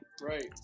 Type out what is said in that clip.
right